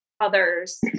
others